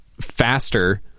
faster